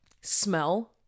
smell